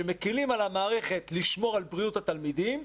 שמקילים על המערכת לשמור על בריאות התלמידים,